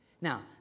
Now